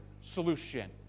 solution